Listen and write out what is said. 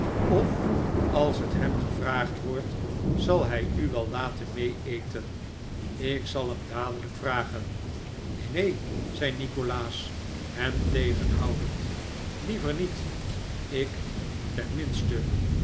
of als het hem gevraagd wordt zal hij u wel laten meeeten ik zal het hem dadelijk vragen neen neen zei nikolaas hem tegenhoudend liever niet ik tenminste